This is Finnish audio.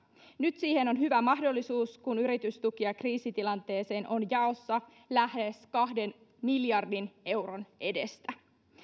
nyt siihen on hyvä mahdollisuus kun yritystukia kriisitilanteeseen on jaossa lähes kahden miljardin euron edestä maailma